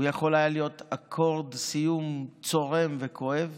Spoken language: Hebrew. הוא יכול היה להיות אקורד סיום צורם וכואב